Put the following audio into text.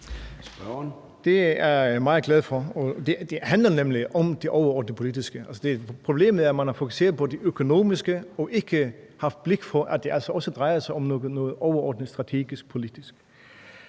Det er jeg meget glad for. Det handler nemlig om det overordnede politiske. Altså, problemet er, at man har fokuseret på det økonomiske og ikke haft blik for, at det altså også drejer sig om noget overordnet strategisk politisk.